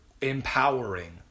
empowering